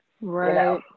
Right